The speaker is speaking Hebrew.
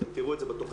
אתם תראו את זה בתכנית.